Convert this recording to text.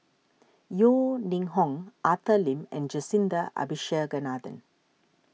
Yeo Ning Hong Arthur Lim and Jacintha Abisheganaden